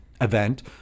event